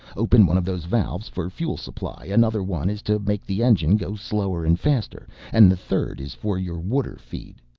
open one of those valves for fuel supply, another one is to make the engine go slower and faster, and the third is for your water feed.